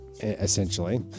Essentially